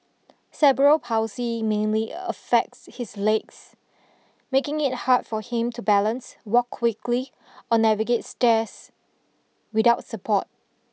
ceberal palsy mainly affects his legs making it hard for him to balance walk quickly or navigate stairs without support